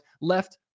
left